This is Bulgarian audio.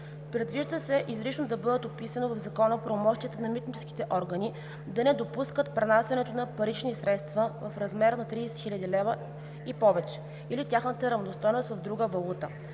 Предвижда се изрично да бъде описано в Закона правомощието на митническите органи да не допускат пренасянето на парични средства в размер на 30 000 лв. или повече, или тяхната равностойност в друга валута